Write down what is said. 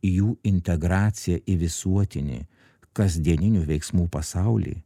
jų integracija į visuotinį kasdieninių veiksmų pasaulį